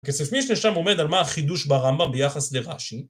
כסף מישנה שם עומד על מה החידוש ברמב"ם ביחס לרש"י